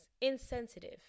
insensitive